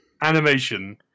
Animation